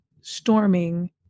storming